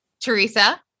Teresa